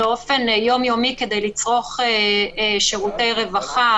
באופן יום יומי כדי לצרוך שירותי רווחה,